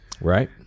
Right